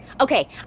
Okay